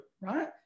right